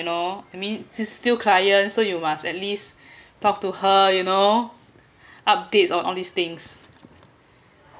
you know I mean she's still client so you must at least talk to her you know updates on all these things